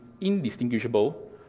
indistinguishable